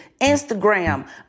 Instagram